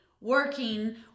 working